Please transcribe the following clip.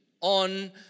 on